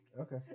Okay